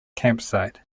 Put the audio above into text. campsite